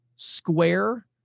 Square